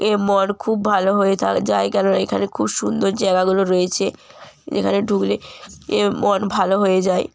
এ মন খুব ভালো হয়ে থা যায় কেননা এখানে খুব সুন্দর জায়গাগুলো রয়েছে এখানে ঢুকলে এ মন ভালো হয়ে যায়